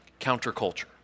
counterculture